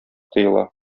тоела